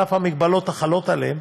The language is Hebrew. על אף המגבלות החלות עליהם,